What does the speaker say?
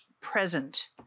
present